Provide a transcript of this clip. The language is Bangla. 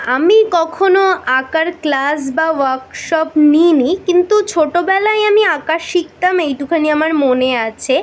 আমি কখনো আঁকার ক্লাস বা ওয়ার্কশপ নিইনি কিন্তু ছোটোবেলায় আমি আঁকা শিখতাম এইটুখানি আমার মনে আছে